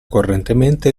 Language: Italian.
correntemente